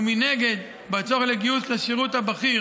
ומנגד, בצורך לגיוס בשירות הבכיר,